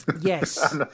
Yes